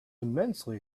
immensely